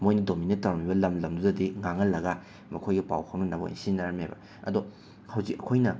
ꯃꯣꯏꯅ ꯗꯣꯃꯤꯅꯦꯠ ꯇꯧꯔꯝꯃꯤꯕ ꯂꯝ ꯂꯝꯗꯨꯗꯗꯤ ꯉꯥꯡꯉꯜꯂꯒ ꯃꯈꯣꯏꯒ ꯄꯥꯎ ꯐꯥꯎꯅꯅꯕ ꯑꯣꯏꯅ ꯁꯤꯖꯤꯟꯅꯔꯝꯃꯦꯕ ꯑꯗꯣ ꯍꯧꯖꯤꯛ ꯑꯩꯈꯣꯏꯅ